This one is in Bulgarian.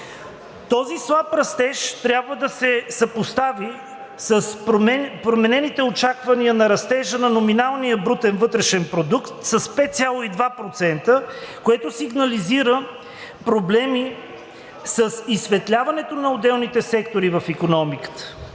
Този слаб растеж трябва да се съпостави с променените очаквания на растежа на номиналния брутен вътрешен продукт с 5,2%, което сигнализира проблеми с изсветляването на отделните сектори в икономиката.